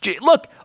Look